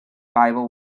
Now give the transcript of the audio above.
bible